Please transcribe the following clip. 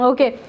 Okay